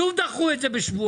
ושוב דחו את זה בשבועיים.